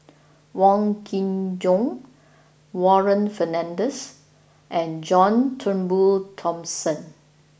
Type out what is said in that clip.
Wong Kin Jong Warren Fernandez and John Turnbull Thomson